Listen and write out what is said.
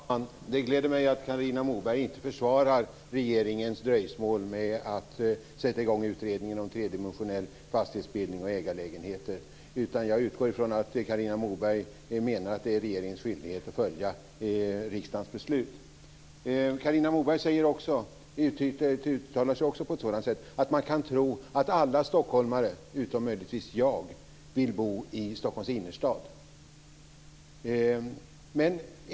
Fru talman! Det gläder mig att Carina Moberg inte försvarar regeringens dröjsmål med att sätta i gång en utredning om tredimensionell fastighetsbildning och ägarlägenheter. I stället utgår jag från att Carina Moberg menar att det är regeringens skyldighet att följa riksdagens beslut. Vidare uttalar sig Carina Moberg på ett sådant sätt att man kan tro att alla stockholmare utom möjligtvis jag vill bo i Stockholms innerstad.